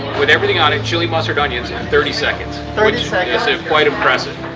with everything on it, chile, mustard, onions in thirty seconds thirty seconds sort of quite impressive!